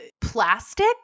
plastic